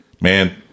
man